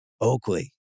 Oakley